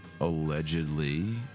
allegedly